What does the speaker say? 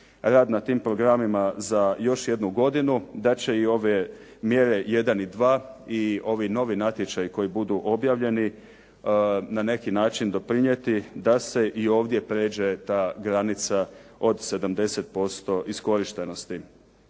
rad na tim programima za još jednu godinu da će i ove mjere 1 i 2 i ovi novi natječaji koji budu objavljeni na neki način doprinijeti da se i ovdje prijeđe ta granica od 70% iskorištenosti.